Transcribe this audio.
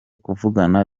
kuvugana